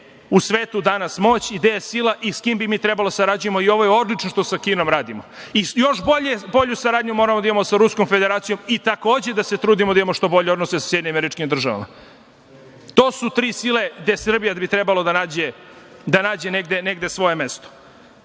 u svetu danas moć i gde je sila i s kim bi mi trebalo da sarađujemo i ovo je odlično što sa Kinom radimo. Još bolju saradnju moramo da imamo sa Ruskom Federacijom i takođe da se trudimo da imamo što bolje odnose sa SAD. To su tri sile gde bi Srbija trebalo da nađe negde svoje mesto. Ne